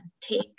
Take